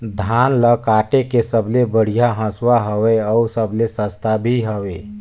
धान ल काटे के सबले बढ़िया हंसुवा हवये? अउ सबले सस्ता भी हवे?